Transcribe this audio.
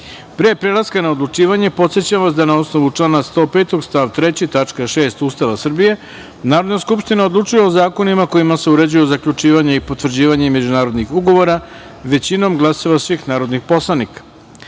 prelaska na odlučivanje, podsećam vas da, na osnovu člana 105. stav 3. tačka 6. Ustava Republike Srbije, Narodna skupština odlučuje o zakonima kojima se uređuje zaključivanje i potvrđivanje međunarodnih ugovora većinom glasova svih narodnih poslanika. Stavljam